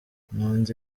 n’undi